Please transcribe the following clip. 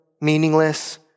meaningless